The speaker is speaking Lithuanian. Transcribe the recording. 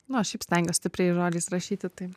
nu aš šiaip stengiuos stipriais žodžiais rašyti tai